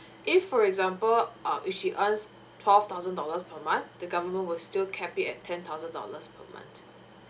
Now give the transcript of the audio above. if for example uh if she earns twelve thousand dollars per month the government will still capped it at ten thousand dollars per month